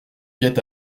guet